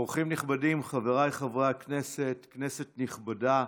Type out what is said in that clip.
אורחים נכבדים, חבריי חברי הכנסת, כנסת נכבדה,